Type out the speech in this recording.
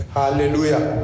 Hallelujah